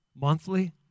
monthly